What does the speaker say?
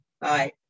bye